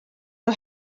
nhw